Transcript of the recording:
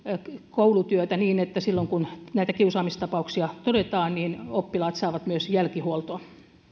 koulutyötä niin että silloin kun näitä kiusaamistapauksia todetaan oppilaat saavat myös jälkihuoltoa